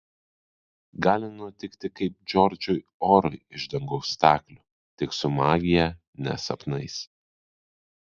gali nutikti kaip džordžui orui iš dangaus staklių tik su magija ne sapnais